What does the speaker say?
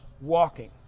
walking